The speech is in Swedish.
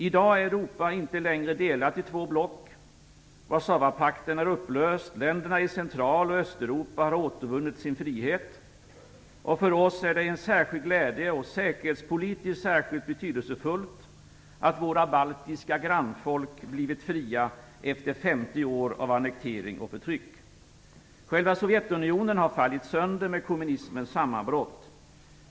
I dag är Europa inte längre delat i två block. Warszawapakten är upplöst. Länderna i Central och Östeuropa har återvunnit sin frihet. För oss är det en särskild glädje och säkerhetspolitiskt särskilt betydelsefullt att våra baltiska grannfolk blivit fria efter 50 år av annektering och förtryck. Själva Sovjetunionen har fallit sönder med kommunismens sammanbrott.